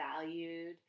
valued